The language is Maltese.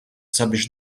sabiex